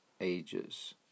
Ages